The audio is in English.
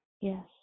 Yes